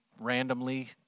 randomly